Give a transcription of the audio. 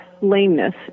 lameness